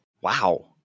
Wow